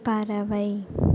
பறவை